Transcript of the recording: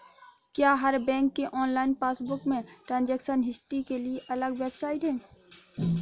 क्या हर बैंक के ऑनलाइन पासबुक में ट्रांजेक्शन हिस्ट्री के लिए अलग वेबसाइट है?